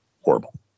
Horrible